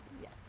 Yes